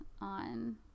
on